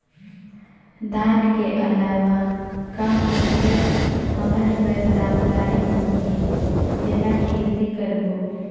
धान के अलावा कौन फसल हमर बर लाभदायक होही जेला खेती करबो?